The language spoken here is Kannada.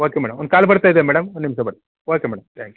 ಓಕೆ ಮೇಡಮ್ ಒಂದು ಕಾಲ್ ಬರ್ತಾ ಇದೆ ಮೇಡಮ್ ಒಂದು ನಿಮಿಷ ಬರ್ ಓಕೆ ಮೇಡಮ್ ತ್ಯಾಂಕ್ ಯು